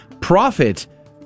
profit